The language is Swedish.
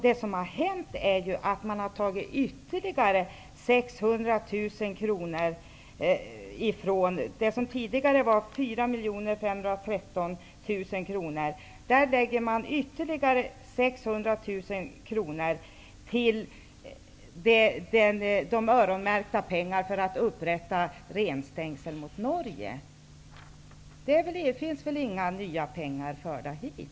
Det som har hänt är ju att man till de 4 513 000 kronor man tidigare hade lägger ytterligare 600 000 kronor i öronmärkta pengar för att upprätta renstängsel mot Norge. Det finns väl inga nya pengar förda hit?